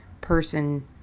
person